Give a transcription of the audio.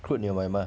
accrued 你有买 mah